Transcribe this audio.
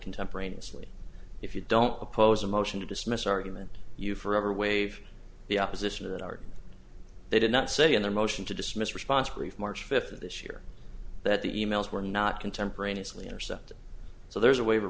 contemporaneously if you don't oppose a motion to dismiss argument you forever waive the opposition that are they did not say in their motion to dismiss responsibly for march fifth of this year that the emails were not contemporaneously intercepted so there's a waiver